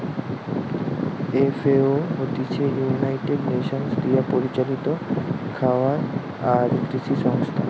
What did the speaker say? FAO হতিছে United Nations দিয়া পরিচালিত খাবার আর কৃষি সংস্থা